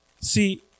See